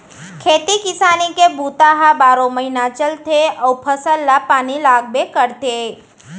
खेती किसानी के बूता ह बारो महिना चलथे अउ फसल ल पानी लागबे करथे